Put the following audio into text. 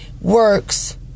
works